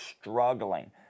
struggling